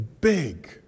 big